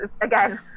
again